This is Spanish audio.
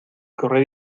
correr